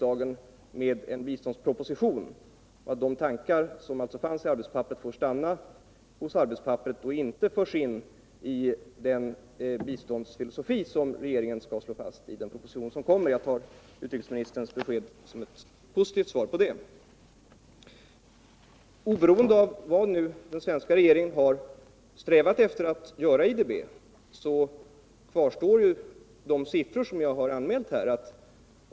Jag tar utrikesministerns uttalande som ett positivt besked om att tankarna i arbetspapperet får stanna där och inte kommer att föras in i den biståndsfilosofi som regeringen skall slå fast i den proposition som kommer att läggas fram för riksdagen. Oberoende av vad den svenska regeringen har strävat efter att göra i IDB kvarstår de siffror som jag nämnde.